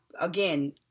again